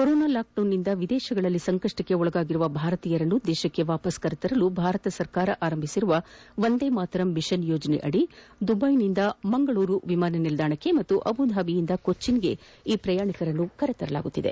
corona ಲಾಕ್ಡೌನ್ನಿಂದ ವಿದೇಶಗಳಲ್ಲಿ ಸಂಕಷ್ಟಕ್ಕೆ ಒಳಗಾಗಿರುವ ಭಾರತೀಯರನ್ನು ದೇಶಕ್ಕೆ ವಾಪಸ್ ಕರೆತರಲು ಭಾರತ ಸರ್ಕಾರ ಆರಂಭಿಸಿರುವ ವಂದೇ ಮಾತರಂ ಮಿಷನ್ ಯೋಜನೆಯಡಿ ದುಬೈನಿಂದ ಮಂಗಳೂರಿಗೆ ಮತ್ತು ಅಬುದಾಬಿಯಿಂದ ಕೊಚ್ಚಿನ್ಗೆ ಈ ಪ್ರಯಾಣಿಕರನ್ನು ಕರೆತರಲಾಗುವುದು